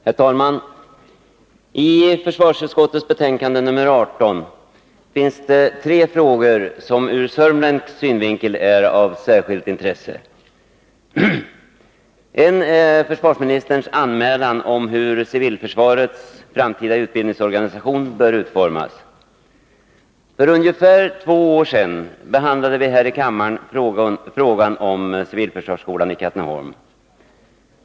Herr talman! I försvarsutskottets betänkande nr 18 finns det tre frågor som ur sörmländsk synvinkel är av särskilt intresse. En är försvarsministerns anmälan om hur civilförsvarets framtida utbildningsorganisation bör utformas. För ungefär två år sedan behandlade vi här i kammaren frågor om civilförsvarsskolan i Katrineholm.